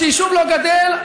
כשיישוב לא גדל,